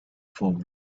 forward